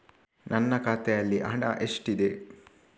ನನ್ನ ಖಾತೆಯಲ್ಲಿ ಹಣ ಎಷ್ಟಿದೆ?